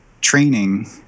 training